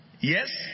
Yes